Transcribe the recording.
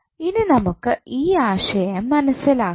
ഇനി നമുക്ക് ഈ ആശയം മനസ്സിലാക്കാം